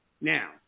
Now